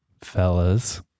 fellas